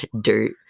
dirt